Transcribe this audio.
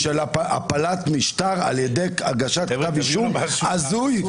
הפלת משטר על ידי הגשת כתב אישום הזוי.